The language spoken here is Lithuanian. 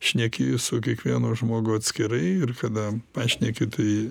šneki su kiekvienu žmogu atskirai ir kada pašneki tai